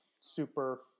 super